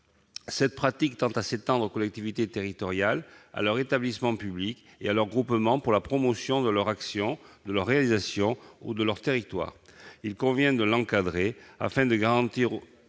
Cette pratique a tendance à s'étendre aux collectivités territoriales, à leurs établissements publics et à leurs groupements pour la promotion de leurs actions, de leurs réalisations ou de leur territoire. Il convient de l'encadrer, afin de garantir